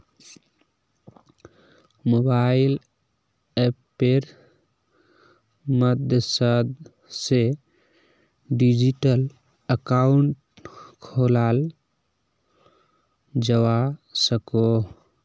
mobile अप्पेर मद्साद से डिजिटल अकाउंट खोलाल जावा सकोह